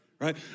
right